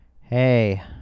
hey